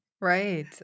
Right